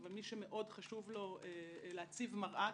אבל מי שמאוד חשוב לו להציב מראה,